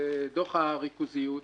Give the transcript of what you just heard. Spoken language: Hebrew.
בדוח הריכוזיות.